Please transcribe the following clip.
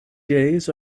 days